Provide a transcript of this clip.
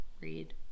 read